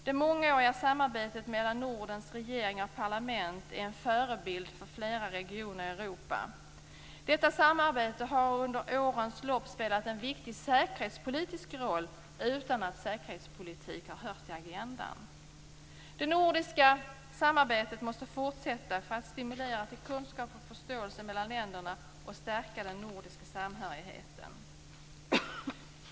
Det mångåriga samarbetet mellan Nordens regeringar och parlament är en förebild för flera regioner i Europa. Detta samarbete har under årens lopp spelat en viktig säkerhetspolitisk roll utan att säkerhetspolitik har hört till agendan. Det nordiska samarbetet måste fortsätta för att stimulera till kunskap och förståelse mellan länderna och stärka den nordiska samhörigheten.